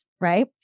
right